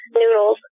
noodles